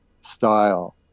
style